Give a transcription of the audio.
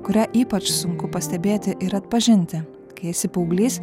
kurią ypač sunku pastebėti ir atpažinti kai esi paauglys